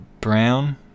Brown